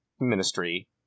ministry